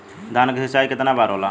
धान क सिंचाई कितना बार होला?